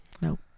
Nope